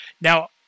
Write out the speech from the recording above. Now